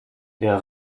der